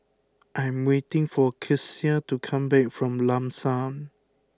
I am waiting for Kecia to come back from Lam San